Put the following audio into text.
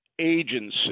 agency